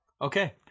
Okay